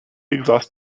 exhaust